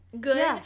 good